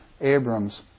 Abrams